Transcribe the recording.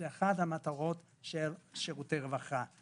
זאת אחת המטרות של שירותי רווחה.